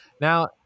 Now